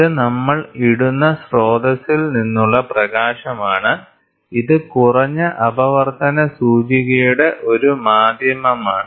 ഇത് നമ്മൾ ഇടുന്ന സ്രോതസ്സിൽ നിന്നുള്ള പ്രകാശമാണ് ഇത് കുറഞ്ഞ അപവർത്തന സൂചികയുടെ ഒരു മാധ്യമമാണ്